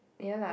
ya lah